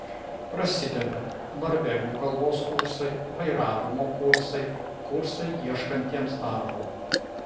prasideda norvegų kalbos kursai vairavimo kursai kursai ieškantiems darbo